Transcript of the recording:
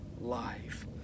life